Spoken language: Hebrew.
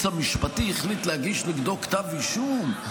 המשפטי החליט להגיש נגדו כתב אישום,